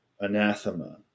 anathema